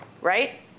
Right